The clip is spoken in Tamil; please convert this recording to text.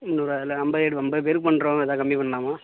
முந்நூறுவா இல்லை ஐம்பதாயிருவா ஐம்பது பேருக்கு பண்ணுறோம் எதாவது கம்மி பண்ணலாமா